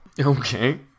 Okay